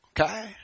Okay